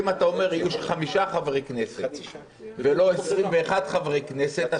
אם יהיו לך חמישה חברי כנסת ולא 21 חברי כנסת,